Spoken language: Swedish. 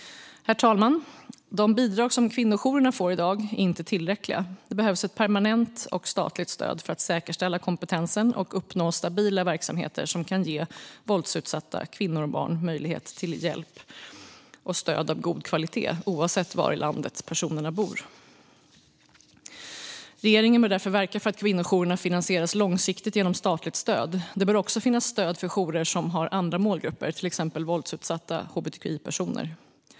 Herr talman! De bidrag som kvinnojourerna får i dag är inte tillräckliga. Det behövs ett permanent och statligt stöd för att säkerställa kompetensen och uppnå stabila verksamheter som kan ge våldsutsatta kvinnor och barn möjlighet till hjälp och stöd av god kvalitet oavsett var i landet de bor. Regeringen bör därför verka för att kvinnojourerna finansieras långsiktigt genom statligt stöd. Det bör också finnas stöd för jourer som har andra målgrupper, till exempel våldsutsatta hbtqi-personer.